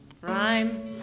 rhyme